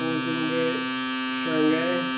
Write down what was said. پٲنٛژِم گٔے شنٛگھاے